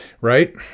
right